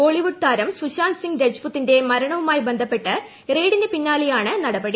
ബോളിവുഡ് താരം സുശാന്ത് സിംഗ് രജ്പുതിൻറെ മരണവുമായി ബന്ധപ്പെട്ട് റെയ്ഡിന്റ് പിന്നാലെയാണ് നടപടി